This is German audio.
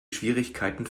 schwierigkeiten